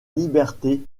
liberté